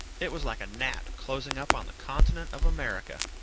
it was like a gnat closing up on the continent of america.